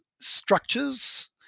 structures